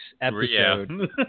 episode